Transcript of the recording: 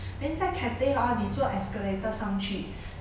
then 在 cathay hor 你坐 escalator 上去